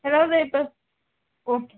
ஏதாவது இப்போ ஓகே